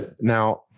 Now